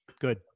Good